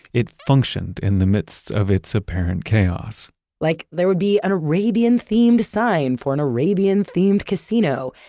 it functioned in the midst of its apparent chaos like there would be an arabian themed sign for an arabian themed casino.